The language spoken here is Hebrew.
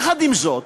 יחד עם זאת,